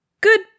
good